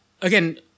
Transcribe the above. again